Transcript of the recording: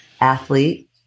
athlete